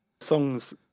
songs